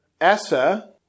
essa